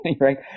right